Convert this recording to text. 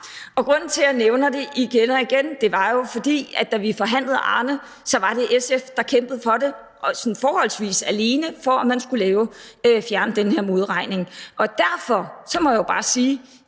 Og grunden til, at jeg nævner det igen og igen, er jo, at da vi forhandlede om Arne, var det SF, der kæmpede, og sådan forholdsvis alene, for at man skulle fjerne den her modregning. Derfor må jeg jo bare sige,